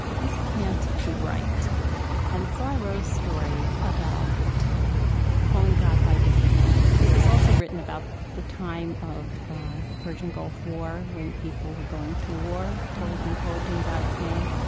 this can't be right and so i wrote a story about calling god by different names. it was also written about the time of the persian gulf war when people were going to war, quote, unquote, in god's name,